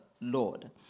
Lord